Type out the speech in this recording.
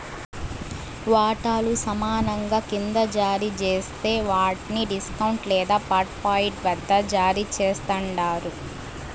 వాటాలు సమానంగా కింద జారీ జేస్తే వాట్ని డిస్కౌంట్ లేదా పార్ట్పెయిడ్ వద్ద జారీ చేస్తండారు